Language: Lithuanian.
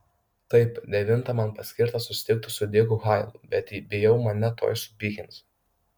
taip devintą man paskirta susitikti su diku hailu bet bijau mane tuoj supykins